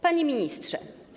Panie Ministrze!